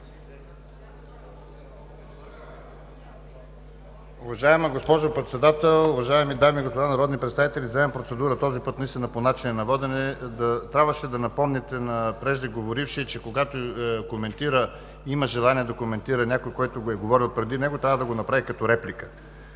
Уважаема госпожо Председател, уважаеми дами и господа народни представители, взимам процедура този път наистина по начина на водене. Трябваше да напомните на преждеговорившия, че когато има желание да коментира някой, който е говорил преди него, трябва да го направи като реплика,